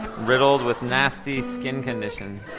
riddled with nasty skin conditions!